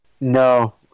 No